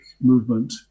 movement